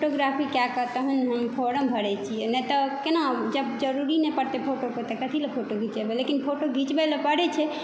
photography कए कऽ तहन हम फॉर्म भरै छियै नहि तऽ केना जब जरूरी नहि परतै फोटोके तऽ कथी लए फोटो घींचेबै लेकिन फोटो घींचेबै लए परै छै